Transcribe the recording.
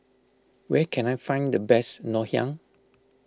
where can I find the best Ngoh Hiang